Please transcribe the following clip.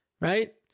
right